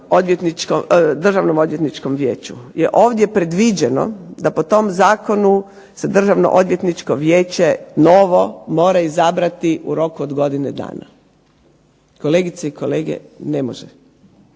državnom odvjetničkom vijeću je ovdje predviđeno da se po tom zakonu se Državno odvjetničko vijeće novo mora izabrati u roku od godine dana. Kolegice i kolege ne može,